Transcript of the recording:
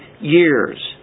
years